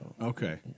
Okay